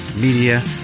Media